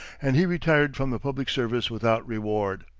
and he retired from the public service without reward.